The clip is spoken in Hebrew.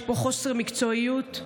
יש פה חוסר מקצועיות,